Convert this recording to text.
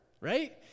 right